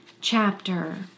chapter